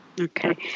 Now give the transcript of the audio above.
Okay